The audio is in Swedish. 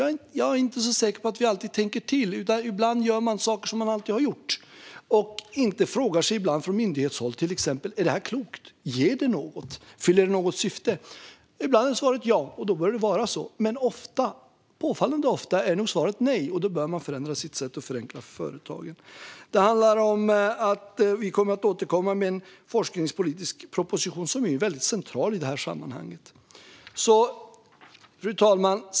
Jag är nämligen inte så säker på att vi alltid tänker till, utan ibland gör man saker man alltid har gjort i stället för att från myndighetshåll fråga sig: Är detta klokt? Ger det något? Fyller det något syfte? Ibland är svaret ja, och då bör det vara så. Men påfallande ofta är svaret nej. Då bör man förändra sitt sätt och förenkla för företagen. Vi kommer att återkomma med en forskningspolitisk proposition, som är väldigt central i det här sammanhanget. Fru talman!